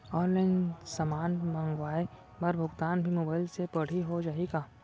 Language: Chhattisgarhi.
ऑनलाइन समान मंगवाय बर भुगतान भी मोबाइल से पड़ही हो जाही का?